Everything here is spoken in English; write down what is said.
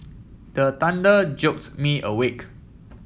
the thunder jolts me awake